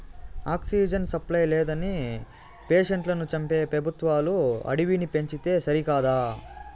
oxygen supply లేదని పేషెంట్లను చంపే పెబుత్వాలు అడవిని పెంచితే సరికదా